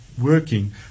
working